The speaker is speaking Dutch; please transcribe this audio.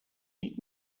niet